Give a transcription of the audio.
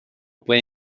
puede